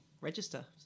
Register